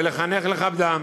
ולחנך לכבדם".